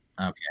Okay